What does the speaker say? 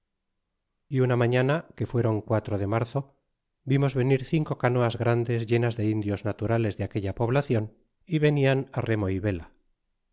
y una mañana que fuéron quatro de marzo vimos venir cinco canoas grandes llenas de indios naturales de aquella poblacion y venian remo y vela